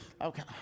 okay